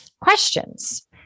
Questions